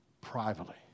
privately